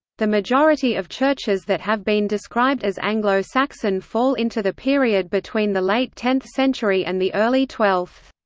the majority of churches that have been described as anglo-saxon fall into the period between the late tenth century and the early twelfth.